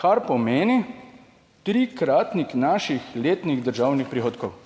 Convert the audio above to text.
kar pomeni, trikratnik naših letnih državnih prihodkov.